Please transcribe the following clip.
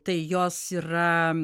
tai jos yra